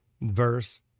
verse